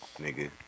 nigga